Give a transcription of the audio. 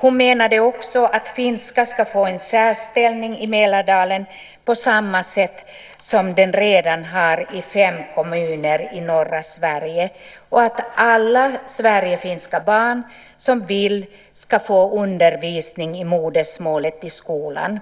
Hon menade också att finska ska få en särställning i Mälardalen på samma sätt som den redan har i fem kommuner i norra Sverige och att alla sverigefinska barn som vill ska få undervisning i modersmålet i skolan.